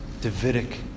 Davidic